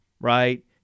right